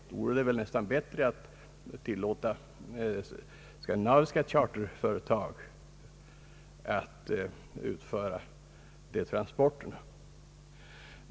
Då vore det väl bättre att tillåta skandinaviska charterföretag att utföra dessa transporter.